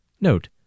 Note